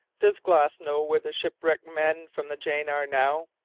does glass know where the shipwrecked men from the jane are now?